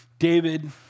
David